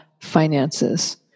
finances